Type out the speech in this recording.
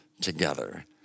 together